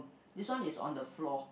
this one is on the floor